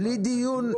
בלי דיון?